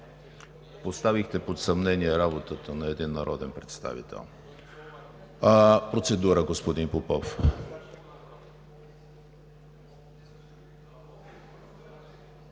поставихте под съмнение работата на един народен представител. Процедура – господин Попов.